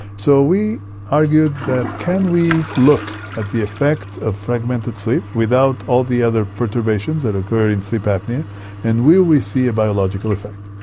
so we argued that can we look at the effect of fragmented sleep without all the other perturbations that occur in sleep apnoea and will we see a biological effect?